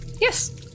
yes